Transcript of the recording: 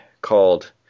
called